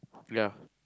ya